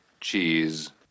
Cheese